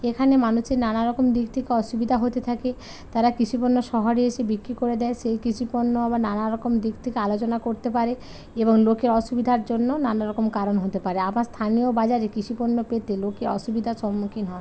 এখানে মানুষের নানারকম দিক থেকে অসুবিধা হতে থাকে তারা কৃষিপণ্য শহরে এসে বিক্রি করে দেয় সেই কৃষিপণ্য আবার নানারকম দিক থেকে আলোচনা করতে পারে এবং লোকের অসুবিধার জন্য নানারকম কারণ হতে পারে আবার স্থানীয় বাজারে কৃষিপণ্য পেতে লোকের অসুবিধার সম্মুখীন হন